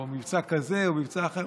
או מבצע כזה או מבצע אחר?